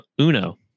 Uno